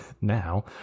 now